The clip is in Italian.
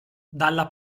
dalla